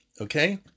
Okay